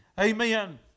Amen